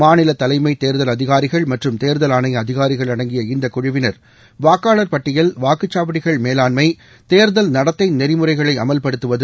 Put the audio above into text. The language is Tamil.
மாநில தலைமைத் தேர்தல் அதிகாரிகள் மற்றும் தேர்தல் ஆணைய அதிகாரிகள் அடங்கிய இந்தக்குழுவினர் வாக்காளர்பட்டியல் வாக்குச்சாவடிகள் நடத்தை நெறிமுறைகளை அமல்படுத்துவது